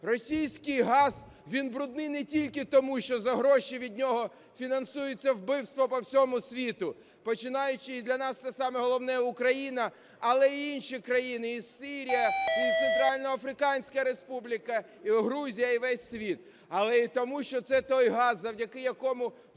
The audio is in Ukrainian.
Російський газ, він брудний не тільки тому, що за гроші від нього фінансуються вбивства по всьому світу, починаючи, і для нас це саме головне, Україна, але й інші країни, і Сирія, і Центральноафриканська Республіка, і Грузія, і весь світ, але й тому, що це той газ, завдяки якому вбивається